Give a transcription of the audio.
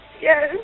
Yes